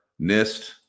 NIST